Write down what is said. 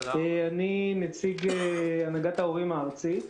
אני נציג הנהגת ההורים הארצית.